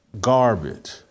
garbage